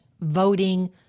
voting